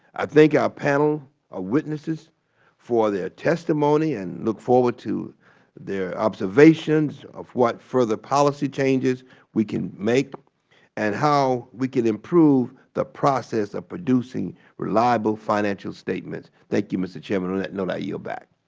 i thank our panel of ah witnesses for their testimony and look forward to their observations of what further policy changes we can make and how we can improve the process of producing reliable financial statements. thank you, mr. chairman. on that note, i yield back.